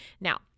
Now